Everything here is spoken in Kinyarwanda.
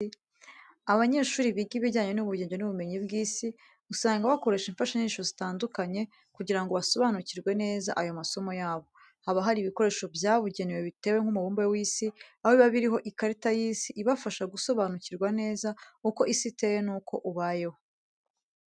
Abanyeshuri biga ibijyanye n'ubugenge n'ubumenyi bw'isi usanga bakoresha imfashanyigisho zitandukanye kugira ngo basobanukirwe neza ayo masomo yabo. Haba hari ibikoresho byabugenewe biteye nk'umubumbe w'isi, aho biba biriho ikarita y'isi ibafasha gusobanukirwa neza uko isi iteye nuko ubayeho.